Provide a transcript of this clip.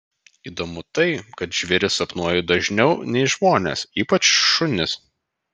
įdomu tai kad žvėris sapnuoju dažniau nei žmones ypač šunis